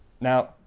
Now